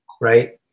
right